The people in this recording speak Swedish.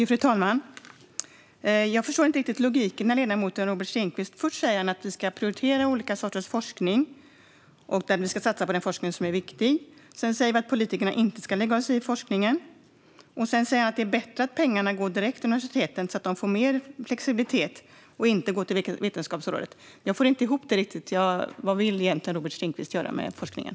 Fru talman! Jag förstår inte riktigt logiken i det ledamoten Robert Stenkvist säger. Först säger han att vi ska prioritera olika sorters forskning och att vi ska satsa på den forskning som är viktig. Sedan säger han att politikerna inte ska lägga sig i forskningen. Och sedan säger han att det är bättre att pengarna går direkt till universiteten, så att de får mer flexibilitet. Pengarna ska alltså inte gå till Vetenskapsrådet. Jag får inte ihop det riktigt. Vad vill egentligen Robert Stenkvist göra med forskningen?